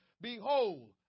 behold